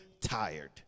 tired